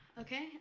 Okay